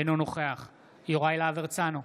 אינו נוכח יוראי להב הרצנו,